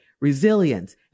resilience